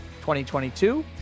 2022